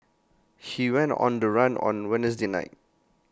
she went on the run on Wednesday night